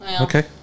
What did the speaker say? Okay